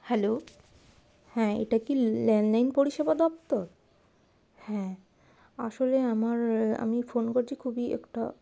hello হ্যাঁ এটা কি ল্যান্ডলাইন পরিষেবা দপ্তর হ্যাঁ আসলে আমার আমি ফোন করছি খুবই একটা